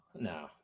no